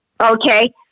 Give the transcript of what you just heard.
Okay